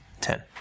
Ten